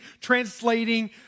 translating